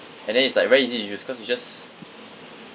and then it's like very easy to use cause you just